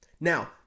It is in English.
Now